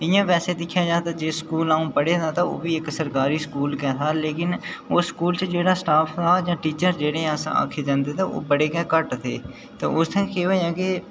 इंया ते वैसे दिक्खेआ जा ते जिस स्कूल अं'ऊ पढ़ेआ हा ते ओह्बी इक्क सरकारी स्कूल गै ऐहा उस स्कूल च जेह्ड़ा स्टॉफ हा जां जेह्ड़े टीचर आक्खे जंदे तां ओह् बड़े घट्ट हे तां उत्थै केह् होआ कि